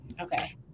Okay